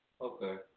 Okay